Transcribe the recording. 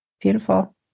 Beautiful